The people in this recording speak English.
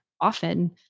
often